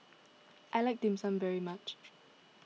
I like Dim Sum very much